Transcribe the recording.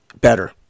better